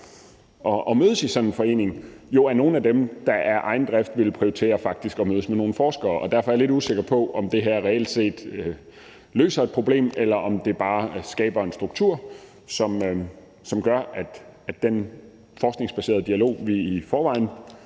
at mødes i sådan en forening, jo er nogle af dem, der af egen drift ville prioritere faktisk at mødes med nogle forskere. Derfor er jeg lidt usikker på, om det her reelt set løser et problem, eller om det bare skaber en struktur, som gør, at den forskningsbaserede dialog, mange af os i forvejen